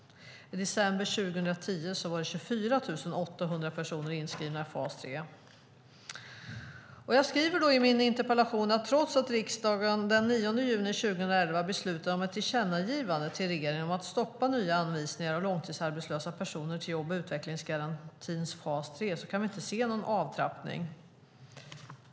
I december 2010 var det 24 800 personer inskrivna i fas 3. Jag skriver i min interpellation: "Trots att riksdagen den 9 juni 2011 beslutade om ett tillkännagivande till regeringen om att stoppa nya anvisningar av långtidsarbetslösa personer till jobb och utvecklingsgarantins fas 3 kan vi inte se någon avtrappning."